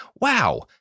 Wow